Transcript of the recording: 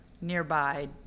nearby